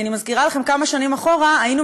אני מזכירה לכם שכמה שנים אחורה היינו